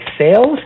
sales